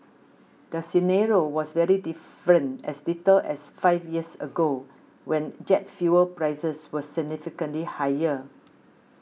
the scenario was very different as little as five years ago when jet fuel prices were significantly higher